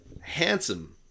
handsome